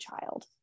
child